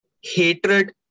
hatred